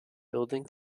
building